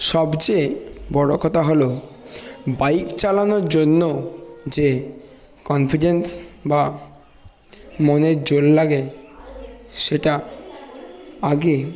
সবচেয়ে বড় কথা হল বাইক চালানোর জন্য যে কনফিডেন্স বা মনের জোর লাগে সেটা আগে